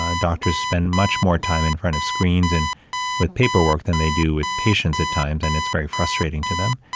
ah doctors spend much more time in front of screens and with paperwork than they do with patients at times. and it's very frustrating to them.